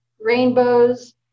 rainbows